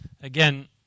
again